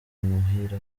muhira